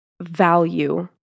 value